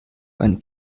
einen